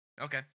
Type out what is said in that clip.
Okay